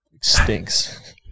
stinks